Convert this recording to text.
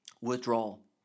Withdrawal